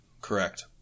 Correct